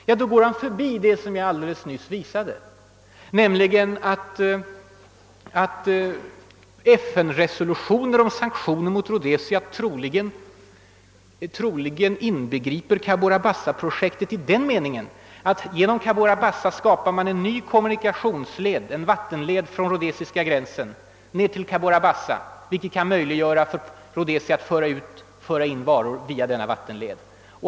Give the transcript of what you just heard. Därmed går statsrådet förbi det som jag alldeles nyss visade, nämligen att Cabora Bassa-projektet troligen strider mot FN-resolutionen om sanktioner mot Rhodesia i den meningen att genom Cabora Bassa skapas en ny kommunikationsled, en vattenled från rhodesiska gränsen ned till Cabora Bassa, vilket kan möjliggöra för Rhodesia att föra in och ut varor via denna vattenled.